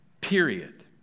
period